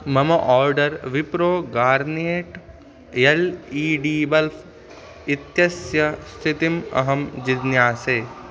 मम order Wipro garnet L E D bulb इत्यस्य स्थितिम् अहं जिज्ञासे